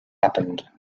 happened